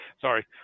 Sorry